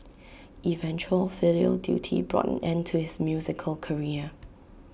eventual filial duty brought an end to his musical career